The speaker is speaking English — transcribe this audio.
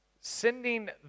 Sending